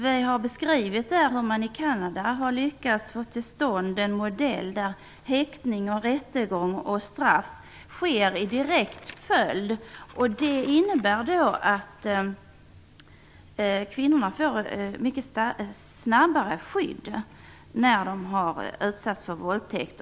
Vi har beskrivit hur man i Kanada har lyckats få till stånd en modell där häktning, rättegång och straff sker i direkt följd. Det innebär att kvinnorna får ett mycket snabbare skydd när de har utsatts för våldtäkt.